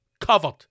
covered